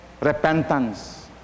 repentance